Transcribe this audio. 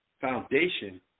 foundation